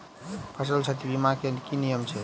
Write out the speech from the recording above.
फसल क्षति बीमा केँ की नियम छै?